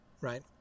Right